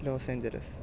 Los Angeles